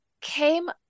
came